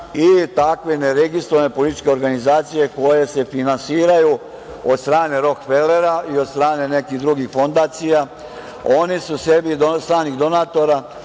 Takve neregistrovane političke organizacije koje se finansiraju od strane Rok Felera i od strane nekih drugih fondacija, stranih donatora,